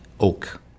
oak